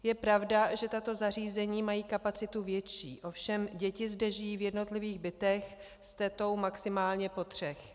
Je pravda, že tato zařízení mají kapacitu větší, ovšem děti zde žijí v jednotlivých bytech s tetou maximálně po třech.